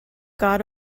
god